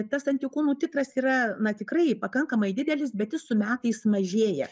tas antikūnų titras yra na tikrai pakankamai didelis bet jis su metais mažėja